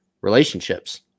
relationships